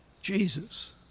jesus